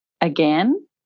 again